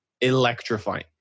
electrifying